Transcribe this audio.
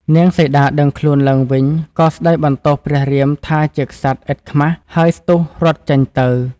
នាងសីតាដឹងខ្លួនឡើងវិញក៏ស្តីបន្ទោសព្រះរាមថាជាក្សត្រឥតខ្មាស ហើយស្ទុះរត់ចេញទៅ។